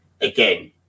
again